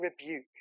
rebuke